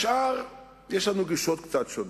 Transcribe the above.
בשאר יש לנו דרישות קצת שונות.